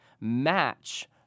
match